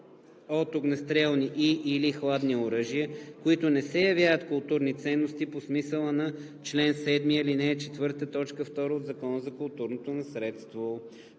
от огнестрелни и/или хладни оръжия, които не се явяват културни ценности по смисъла на чл. 7, ал. 4, т. 2 от Закона за културното наследство.“